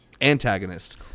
antagonist